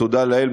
תודה לאל,